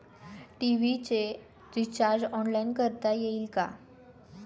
TV चे recharge online करता येईल का?